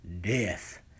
death